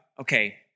okay